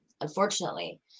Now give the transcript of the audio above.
Unfortunately